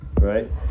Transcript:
Right